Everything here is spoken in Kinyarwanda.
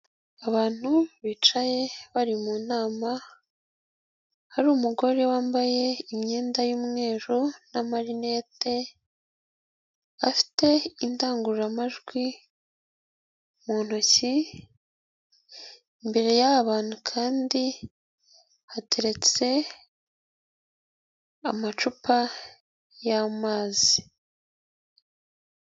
Abantu bicaye bari mu nama hari umugore wambaye imyenda y'umweru n'amarinete afite indangururamajwi mu ntoki, imbere y'aba bantu kandi hateretse amacupa y'amazi.